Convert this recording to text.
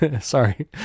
sorry